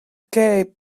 kae